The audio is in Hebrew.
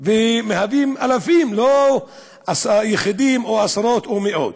ומהווים אלפים, לא יחידים או עשרות או מאות.